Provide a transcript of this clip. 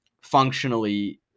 functionally